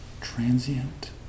transient